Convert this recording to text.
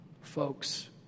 Folks